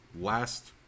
last